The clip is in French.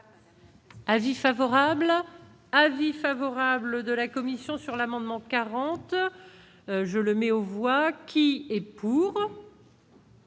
Asie favorable : avis favorable de la commission sur l'amendement 40, je le mets au voix qui est pour.